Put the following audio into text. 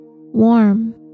warm